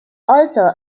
also